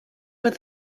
were